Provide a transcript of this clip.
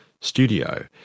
studio